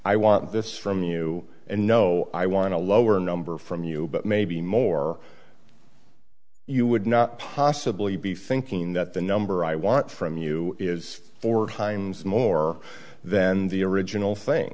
i want this from you and no i want a lower number from you but maybe more you would not possibly be thinking that the number i want from you is for heinz more than the original thing